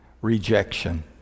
rejection